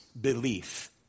belief